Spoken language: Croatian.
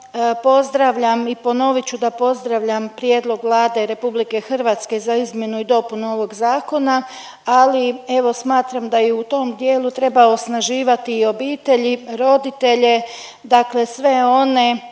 pozdravljam i ponovit ću da pozdravljam prijedlog Vlade RH za izmjenu i dopunu ovog zakona, ali evo smatram da i u tom dijelu treba osnaživati i obitelji, roditelje, dakle sve one,